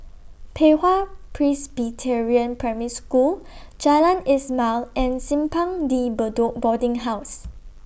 Pei Hwa Presbyterian Primary School Jalan Ismail and Simpang De Bedok Boarding House